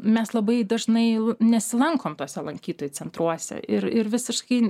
mes labai dažnai nesilankom tuose lankytojų centruose ir ir visiškai